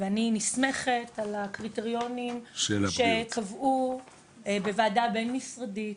ואני נסמכת על הקריטריונים שקבעו בוועדה בין משרדית,